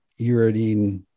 uridine